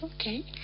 Okay